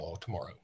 tomorrow